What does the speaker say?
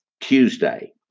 Tuesday